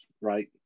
right